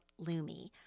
Lumi